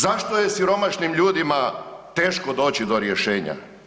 Zašto je siromašnim ljudima teško doći do rješenja?